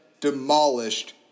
demolished